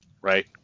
right